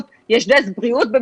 יש דסק חינוך במשרד הבריאות -- כן,